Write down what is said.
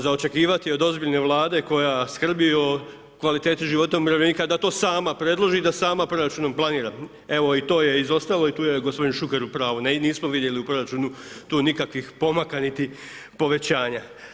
Za očekivati je od ozbiljne Vlade koja skrbi o kvaliteti života umirovljenika da to sama predloži i da sama proračunom planira, evo, i to je izostalo i tu je g. Šuker u pravu, nismo vidjeli u proračunu tu nikakvih pomaka niti povećanja.